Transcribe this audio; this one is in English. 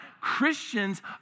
Christians